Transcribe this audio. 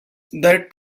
that